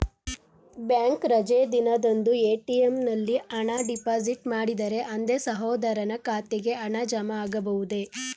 Bank ರಜೆ ದಿನದಂದು ATM ನಲ್ಲಿ ಹಣ ಡಿಪಾಸಿಟ್ ಮಾಡಿದರೆ ಅಂದೇ ಸಹೋದರನ ಖಾತೆಗೆ ಹಣ ಜಮಾ ಆಗಬಹುದೇ?